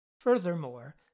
Furthermore